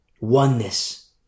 oneness